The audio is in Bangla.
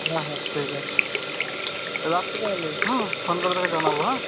হ্যাঁ হ্যাঁ ঠিক আছে রাখছি তাহলে হ্যাঁ ফোন করে তোকে জানাবো হ্যাঁ